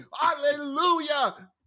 Hallelujah